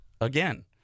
again